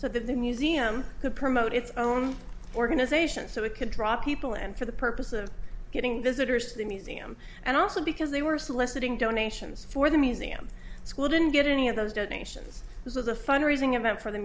so that the museum could promote its own organisation so it could draw people and for the purpose of getting visitors to the museum and also because they were soliciting donations for the museum school didn't get any of those donations this was a fund raising event for the